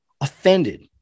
offended